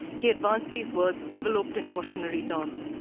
he advanced these words, enveloped in cautionary terms,